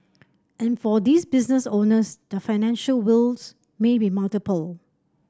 and for these business owners their financial woes may be multiple